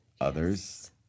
Others